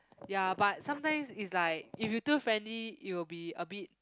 ya but sometimes is like if you too friendly it will be a bit